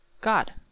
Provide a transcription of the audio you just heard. God